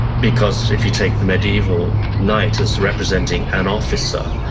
because if you take the medieval knight as representing an officer,